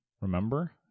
Remember